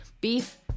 beef